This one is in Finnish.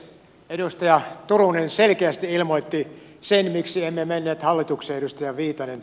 edustaja turunen selkeästi ilmoitti sen miksi emme menneet hallitukseen edustaja viitanen